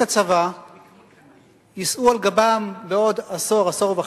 את הצבא יישאו על גבם בעוד עשור,